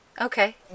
Okay